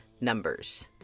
numbers